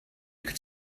could